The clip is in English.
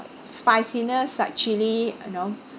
spiciness like chilli you know